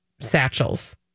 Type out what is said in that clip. satchels